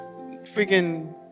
freaking